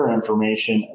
information